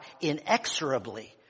inexorably